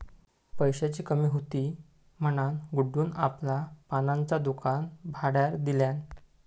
पैशाची कमी हुती म्हणान गुड्डून आपला पानांचा दुकान भाड्यार दिल्यान